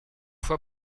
fois